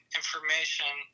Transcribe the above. information